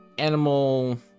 animal